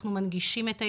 אנחנו מנגישים את הידע,